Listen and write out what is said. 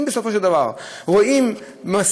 אם בסופו של דבר רואים מספיק,